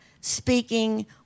speaking